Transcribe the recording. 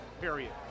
period